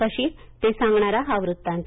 कशी ते सांगणारा हा वृत्तांत